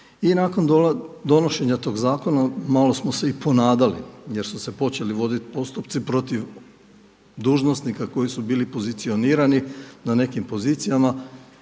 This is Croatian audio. I nakon donošenja tog zakona malo smo se i ponadali jer su se počeli voditi postupci protiv dužnosnika koji su bili pozicionirani na nekim pozicijama